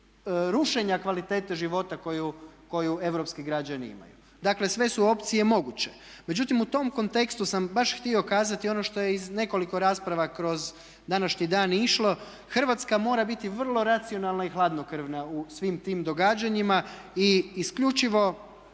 rušenja kvalitete života koju europski građani imaju. Dakle sve su opcije moguće. Međutim u tom kontekstu sam baš htio kazati ono što je iz nekoliko rasprava kroz današnji dan išlo Hrvatska mora biti vrlo racionalna i hladnokrvna u svim tim događanjima i isključivo